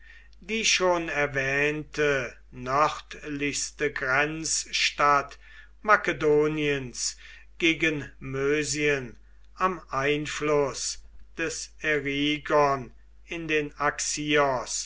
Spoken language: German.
die schon erwähnte nördlichste grenzstadt makedoniens gegen mösien am einfluß des erigon in den